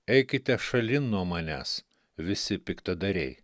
eikite šalin nuo manęs visi piktadariai